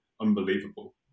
unbelievable